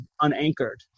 unanchored